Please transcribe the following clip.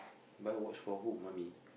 buy watch for who mummy